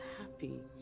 happy